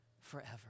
forever